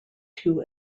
two